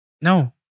No